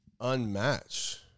unmatched